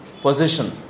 position